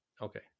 Okay